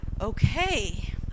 okay